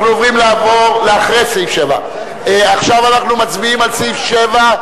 אנחנו הולכים לעבור לאחרי סעיף 7. עכשיו אנחנו מצביעים על סעיף 7,